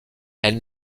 elles